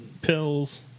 pills